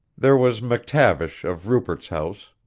there was mctavish of rupert's house,